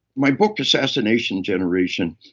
my book, assassination generation.